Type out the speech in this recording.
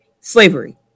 Slavery